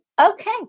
okay